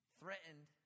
threatened